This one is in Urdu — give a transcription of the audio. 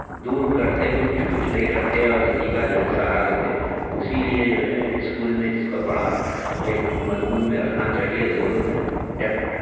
دور کرتے کچھ کچھ نہیں کرتے اور اسی کا جو ہے سہارا لیتے اسی لئے جو ہے اسکول میں اس کا پڑھا ایک مضمون میں رکھنا چاہیے ضرور ہے